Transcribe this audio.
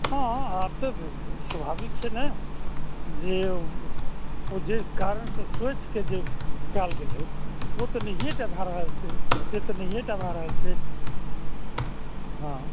हँ आब तऽ स्वाभाविक छै ने देखियौ ओ जे कारणसँ सोचिके जे कयल गेलय ओ तऽ नहिये टा भए रहल छै से तऽ नहिये टा भए रहल छै हँ